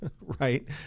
right